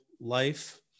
life